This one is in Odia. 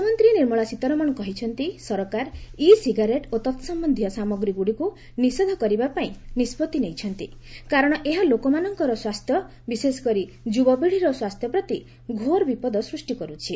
ଅର୍ଥମନ୍ତ୍ରୀ ନିର୍ମଳା ସୀତାରମଣ କହିଛନ୍ତି ସରକାର ଇ ସିଗାରେଟ୍ ଓ ତତ୍ସମ୍ୟନ୍ଧୀୟ ସାମଗ୍ରୀଗୁଡ଼ିକୁ ନିଷେଧ କରିବା ପାଇଁ ନିଷ୍ପଭି ନେଇଛନ୍ତି କାରଣ ଏହା ଲୋକମାନଙ୍କର ସ୍ୱାସ୍ଥ୍ୟ ବିଶେଷ କରି ଯୁବପିଢ଼ିର ସ୍ୱାସ୍ଥ୍ୟ ପ୍ରତି ଘୋର ବିପଦ ସୃଷ୍ଟି କର୍ରଛି